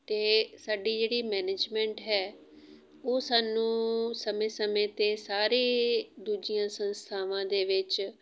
ਅਤੇ ਸਾਡੀ ਜਿਹੜੀ ਮੈਨੇਜਮੈਂਟ ਹੈ ਉਹ ਸਾਨੂੰ ਸਮੇਂ ਸਮੇਂ 'ਤੇ ਸਾਰੇ ਦੂਜੀਆਂ ਸੰਸਥਾਵਾਂ ਦੇ ਵਿੱਚ